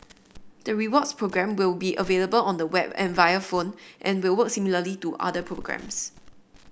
the rewards program will be available on the web and via phone and will work similarly to other programs